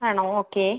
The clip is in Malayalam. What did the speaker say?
ആണോ ഓക്കെ